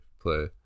play